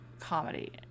comedy